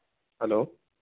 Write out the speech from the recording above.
hello